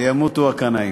שימותו הקנאים.